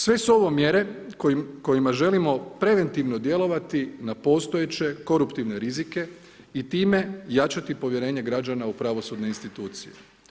Sve su ovo mjere kojima želimo preventivno djelovati na postojeće koruptivne rizike i time jačati povjerenje građana u pravosudne institucije.